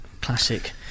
classic